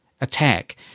attack